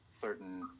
certain